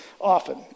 often